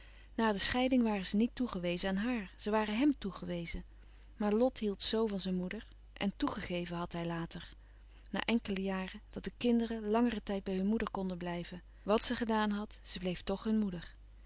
na de scheiding waren ze niet toegewezen aan haar ze waren hèm toegewezen maar lot hield zoo van zijn moeder en toegegeven had hij later na enkele jaren dat de kinderen langeren tijd bij de moeder konden blijven wat ze gedaan had ze bleef toch hun moeder